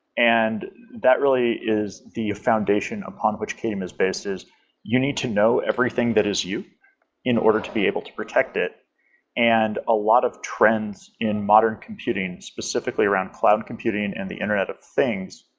and that really is the foundation upon which qadium is based is you need to know everything that is you in order to be able to protect it and a lot of trends in modern computing, specifically around cloud computing and the internet of things,